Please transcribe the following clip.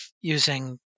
using